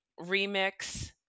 Remix